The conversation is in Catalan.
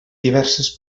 diverses